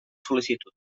sol·licitud